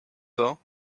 though